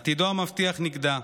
עתידו המבטיח נגדע,